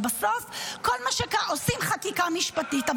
שעושים חקיקה משפטית,